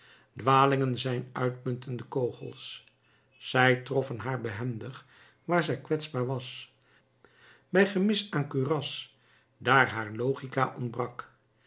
dwalingen zijn uitmuntende kogels zij troffen haar behendig waar zij kwetsbaar was bij gemis van kuras daar haar logica ontbrak